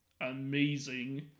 amazing